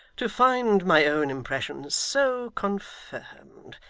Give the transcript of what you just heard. to find my own impression so confirmed.